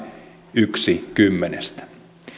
yksi kymmenestä